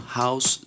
house